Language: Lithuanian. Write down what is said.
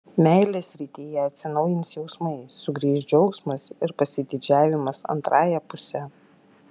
meilės srityje atsinaujins jausmai sugrįš džiaugsmas ir pasididžiavimas antrąja puse